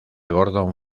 gordon